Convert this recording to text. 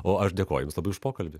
o aš dėkoju jums labai už pokalbį